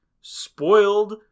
spoiled